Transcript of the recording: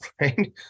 right